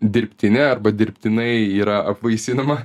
dirbtinė arba dirbtinai yra apvaisinama